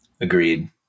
agreed